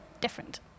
different